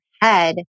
head